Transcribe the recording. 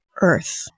earth